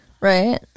Right